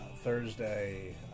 thursday